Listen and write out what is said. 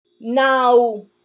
now